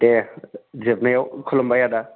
देह जोबनायाव खुलुमबाय आदा